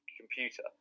computer